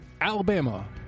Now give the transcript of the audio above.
Alabama